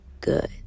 good